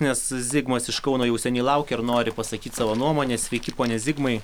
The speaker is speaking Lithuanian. nes zigmas iš kauno jau seniai laukia ir nori pasakyt savo nuomonę sveiki pone zigmai